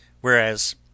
Whereas